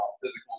physical